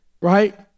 right